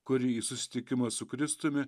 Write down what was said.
kuri į susitikimą su kristumi